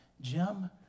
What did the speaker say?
Jim